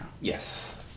yes